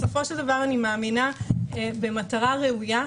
בסופו של דבר אני מאמינה במטרה ראויה,